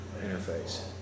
interface